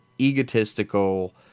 egotistical